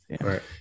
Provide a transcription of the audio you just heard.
right